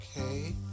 okay